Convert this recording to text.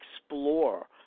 explore